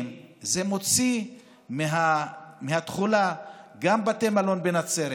זה מוציא מהתחולה גם בתי מלון בנצרת,